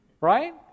Right